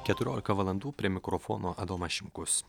keturiolika valandų prie mikrofono adomas šimkus